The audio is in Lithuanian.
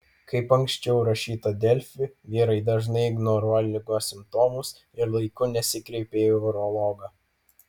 kaip anksčiau rašyta delfi vyrai dažnai ignoruoja ligos simptomus ir laiku nesikreipia į urologą